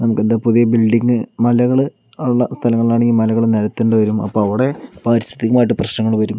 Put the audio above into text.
നമുക്ക് എന്താ പുതിയ ബിൽഡിംഗ് മലകള് ഉള്ള സ്ഥലങ്ങളാണെങ്കിൽ മലകൾ നിരത്തേണ്ടി വരും അപ്പോൾ അവിടെ പാരിസ്ഥിതിയുമായിട്ട് പ്രശ്നം വരും